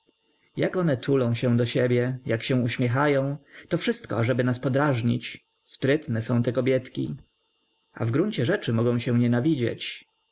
jak one tulą się do siebie jak się uśmiechają to wszystko ażeby nas podrażnić sprytne są te kobietki a w gruncie mogą się nienawidzieć